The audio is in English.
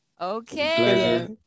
Okay